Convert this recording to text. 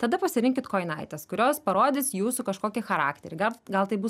tada pasirinkit kojinaites kurios parodys jūsų kažkokį charakterį gal gal tai bus